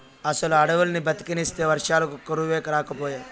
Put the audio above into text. అసలు అడవుల్ని బతకనిస్తే వర్షాలకు కరువే రాకపాయే